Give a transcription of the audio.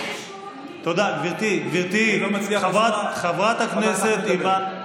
--- תודה, גברתי חברת הכנסת אימאן.